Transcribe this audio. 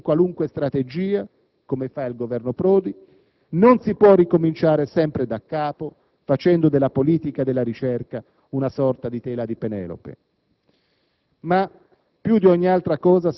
Non si può avviare processi privi di qualunque strategia, come fa il Governo Prodi. Non si può ricominciare sempre daccapo, facendo della politica della ricerca una sorta di tela di Penelope.